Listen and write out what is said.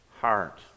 heart